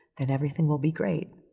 then everything will be great,